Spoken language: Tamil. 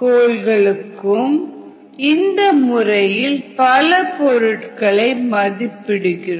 கோள்களுக்கும் நாம் இந்த முறையில் பல பொருட்களுக்கு மதிப்பிடுகிறோம்